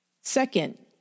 Second